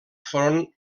front